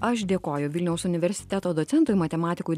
aš dėkoju vilniaus universiteto docentui matematikui